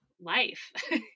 life